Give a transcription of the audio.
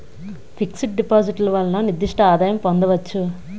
fix డిపాజిట్లు వలన నిర్దిష్ట ఆదాయం పొందవచ్చు